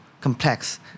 complex